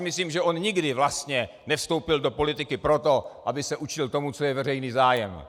Myslím si, že on nikdy vlastně nevstoupil do politiky proto, aby se učil tomu, co je veřejný zájem.